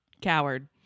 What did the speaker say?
coward